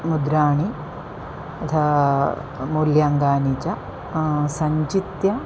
मुद्राः यथा मूल्याङ्कानि च सञ्चित्य